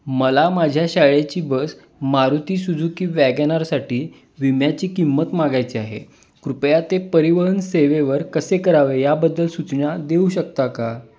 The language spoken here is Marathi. मला माझ्या शाळेची बस मारुती सुजुकी वॅगेनारसाठी विम्याची किंमत मागायची आहे कृपया ते परिवहन सेवेवर कसे करावे याबद्दल सूचना देऊ शकता का